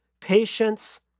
patience